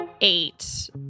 eight